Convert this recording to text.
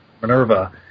Minerva